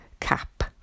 cap